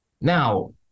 Now